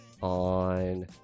on